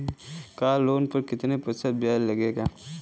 Car loan पर कितने प्रतिशत ब्याज लगेगा?